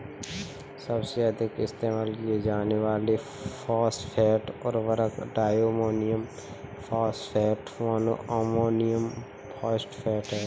सबसे अधिक इस्तेमाल किए जाने वाले फॉस्फेट उर्वरक diammonium phosphate, mono ammonium phosphate हैं